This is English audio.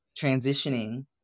transitioning